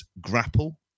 grapple